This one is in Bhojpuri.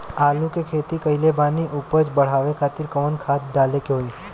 आलू के खेती कइले बानी उपज बढ़ावे खातिर कवन खाद डाले के होई?